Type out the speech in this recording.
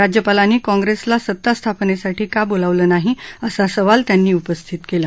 राज्यपालांनी काँग्रेसला सत्तास्थापनेसाठी का बोलावलं नाही असा सवाल त्यांनी उपस्थित केला